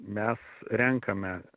mes renkame